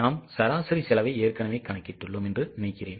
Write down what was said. நாம் சராசரி செலவை ஏற்கனவே கணக்கிட்டுள்ளோம் என்று நினைக்கிறேன்